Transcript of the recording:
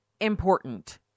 important